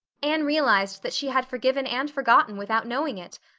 anne realized that she had forgiven and forgotten without knowing it.